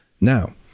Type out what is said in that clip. Now